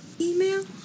email